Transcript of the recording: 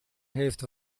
heeft